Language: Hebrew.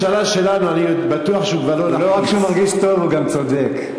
לא רק שהוא מרגיש טוב, הוא גם צודק.